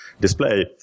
display